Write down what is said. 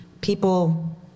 people